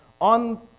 on